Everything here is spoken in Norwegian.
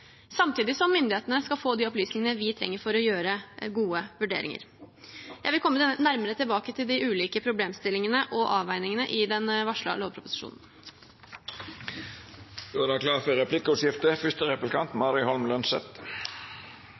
samtidig som myndighetene skal få de opplysningene vi trenger for å gjøre gode vurderinger. Jeg vil komme nærmere tilbake til de ulike problemstillingene og avveiningene i den varslede lovproposisjonen. Det vert replikkordskifte. Takk til statsråden for